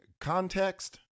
context